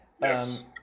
Yes